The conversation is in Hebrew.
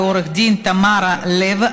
ועו"ד תמרה לב,